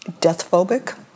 Death-phobic